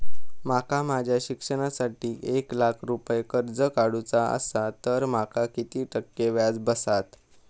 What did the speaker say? माका माझ्या शिक्षणासाठी एक लाख रुपये कर्ज काढू चा असा तर माका किती टक्के व्याज बसात?